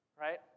right